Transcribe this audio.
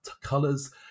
colors